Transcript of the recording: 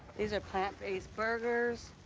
these are plant based burgers.